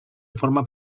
forma